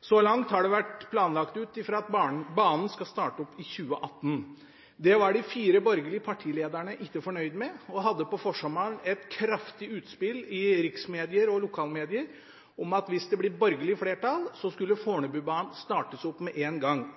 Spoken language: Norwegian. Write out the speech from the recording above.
Så langt har det vært planlagt ut fra at banen skal starte opp i 2018. Dette var de fire borgerlige partilederne ikke fornøyd med og hadde på forsommeren et kraftig utspill i riksmedier og lokalmedier hvor de sa at hvis det ble borgerlig flertall, skulle Fornebubanen startes opp med en gang –